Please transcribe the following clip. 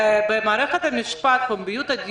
במערכת המשפט פומביות הדיון,